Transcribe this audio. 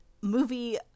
movie